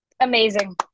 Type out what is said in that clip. Amazing